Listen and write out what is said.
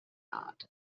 heart